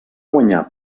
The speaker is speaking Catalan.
guanyar